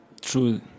True